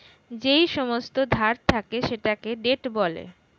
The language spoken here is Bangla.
যেই সমস্ত ধার থাকে সেটাকে ডেট বলে